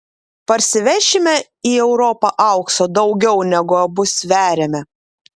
parsivešime į europą aukso daugiau negu abu sveriame